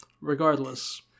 regardless